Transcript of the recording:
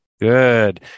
Good